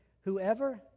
Whoever